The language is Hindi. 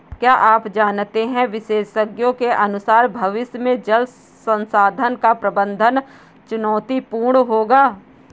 क्या आप जानते है विशेषज्ञों के अनुसार भविष्य में जल संसाधन का प्रबंधन चुनौतीपूर्ण होगा